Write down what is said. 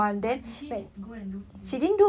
but did she go and do it